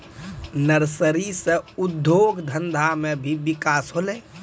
nursery से उद्योग धंधा मे भी बिकास होलै